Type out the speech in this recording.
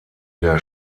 der